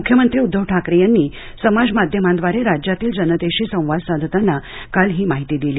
मुख्यमंत्री उद्दव ठाकरे यांनी समाजमाध्यमांद्वारे राज्यातील जनतेशी संवाद साधताना काल ही माहिती दिली